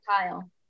kyle